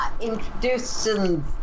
introducing